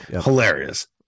Hilarious